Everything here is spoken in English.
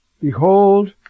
Behold